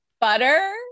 butter